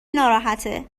ناراحته